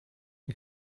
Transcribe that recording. you